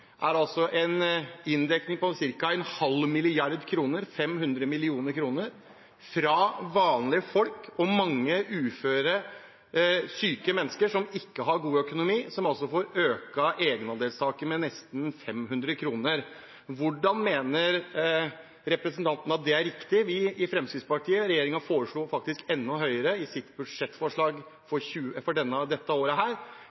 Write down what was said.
er en inndekning på ca. en halv milliard kroner, 500 mill. kr, fra vanlige folk og mange uføre, syke mennesker som ikke har god økonomi, som altså får økt egenandelstaket med nesten 500 kr. Hvordan mener representanten Wilhelmsen Trøen at det er riktig? Regjeringen foreslo faktisk enda høyere tak i sitt budsjettforslag